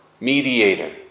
mediator